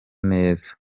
neza